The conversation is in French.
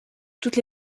toutes